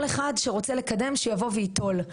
כל אחד שרוצה לקדם, שיבוא וייטול.